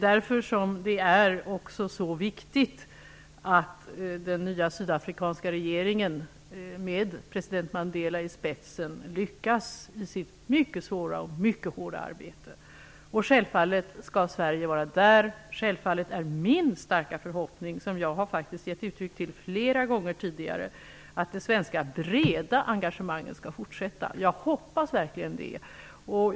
Därför är det också så viktigt att den nya sydafrikanska regeringen, med president Mandela i spetsen, lyckas i sitt mycket svåra och hårda arbete. Självfallet skall Sverige vara där, och självfallet är min starka förhoppning, som jag har gett uttryck för flera gånger tidigare, att det breda svenska engagemanget skall fortsätta. Jag hoppas verkligen det.